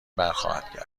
برخواهد